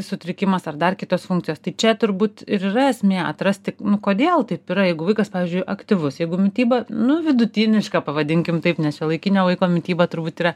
sutrikimas ar dar kitos funkcijos tai čia turbūt ir yra esmė atrasti kodėl taip yra jeigu vaikas pavyzdžiui aktyvus jeigu mityba nu vidutiniška pavadinkim taip nes šiuolaikinio vaiko mityba turbūt yra